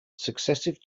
successive